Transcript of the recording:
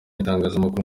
itangazamakuru